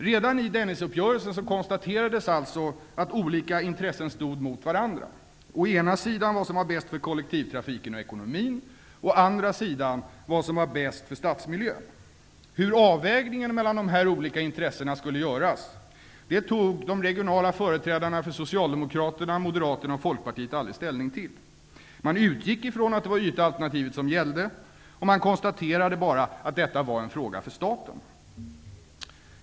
Redan i Dennisuppgörelsen konstaterades alltså att olika intressen stod mot varandra: å ena sidan vad som var bäst för kollektivtrafiken och ekonomin, å andra sidan vad som var bäst för stadsmiljön. Hur avvägningen mellan dessa intressen skulle göras tog de regionala företrädarna för Socialdemokraterna, Moderaterna och Folkpartiet aldrig ställning till. Man utgick ifrån att det var ytalternativet som gällde, och man konstaterade bara att det var en fråga för staten.